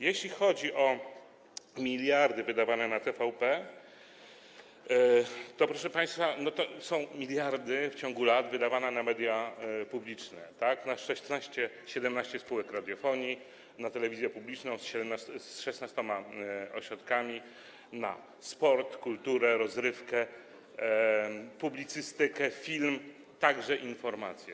Jeśli chodzi o miliardy wydawane na TVP, to, proszę państwa, to są miliardy w ciągu lat wydawane na media publiczne, na 17 spółek radiofonii, na telewizję publiczną z 16 ośrodkami, na sport, kulturę, rozrywkę, publicystykę, film, także informacje.